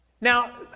Now